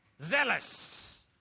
Zealous